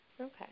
Okay